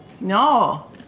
No